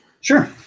Sure